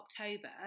October